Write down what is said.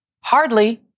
Hardly